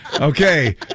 Okay